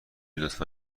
لطفا